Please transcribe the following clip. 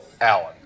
Alan